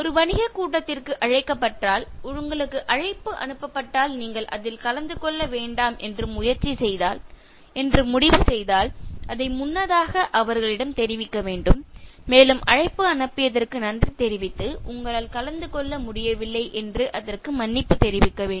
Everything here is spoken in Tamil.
ஒரு வணிகக் கூட்டத்திற்கு அழைக்கப்பட்டால் உங்களுக்கு அழைப்பு அனுப்பப்பட்டால் நீங்கள் அதில் கலந்து கொள்ள வேண்டாம் என்று முடிவு செய்தால் அதை முன்னதாக அவர்களிடம் தெரிவிக்க வேண்டும் மேலும் அழைப்பு அனுப்பியதற்கு நன்றி தெரிவித்து உங்களால் கலந்து கொள்ள முடியவில்லை என்று அதற்கு மன்னிப்பு தெரிவிக்க வேண்டும்